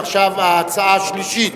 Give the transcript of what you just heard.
עכשיו ההצעה השלישית,